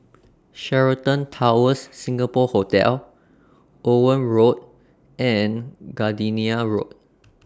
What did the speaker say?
Sheraton Towers Singapore Hotel Owen Road and Gardenia Road